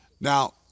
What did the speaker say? Now